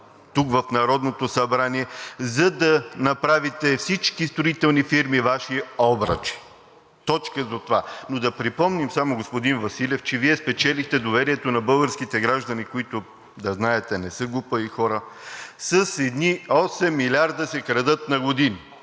тук в Народното събрание, за да направите всички строителни фирми Ваши обръчи. Точка за това. Да припомня само, господин Василев, че Вие спечелихте доверието на българските граждани, които, да знаете, не са глупави хора, с едни 8 милиарда, които се крадат на година.